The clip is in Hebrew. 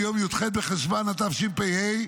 ביום י"ח בחשוון התשפ"ה,